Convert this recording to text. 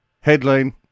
Headline